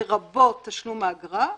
לרבות תשלום האגרה".